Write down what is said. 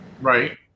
right